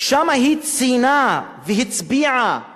שם היא ציינה והצביעה